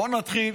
בואו נתחיל